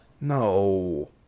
No